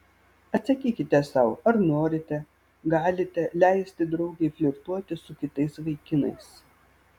atsakykite sau ar norite galite leisti draugei flirtuoti su kitais vaikinais